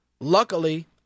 Luckily